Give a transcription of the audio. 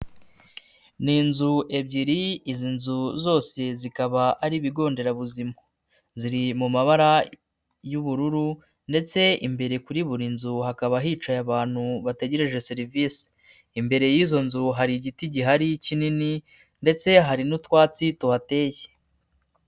Ni inzu ebyiri, izi nzu zose zikaba ari ibigo nderabuzima, ziri mu mabara y'ubururu ndetse imbere kuri buri nzu hakaba hicaye abantu bategereje serivisi, imbere y'izo nzu hari igiti gihari kinini ndetse hari n'utwatsi tuhateye.